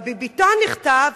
ב"ביביטון" נכתב: